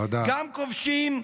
גם כובשים,